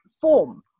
form